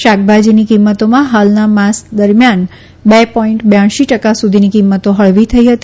શાકભાજીની કિંમતોમાં હાલના માસ દરમિયાન બે પોઈન્ટ બ્યાસી ટકા સુધીની કિંમતો હળવી થઈ હતી